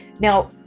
now